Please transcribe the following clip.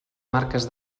marques